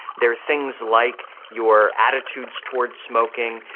there are things like your attitudes towards smoking,